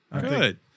Good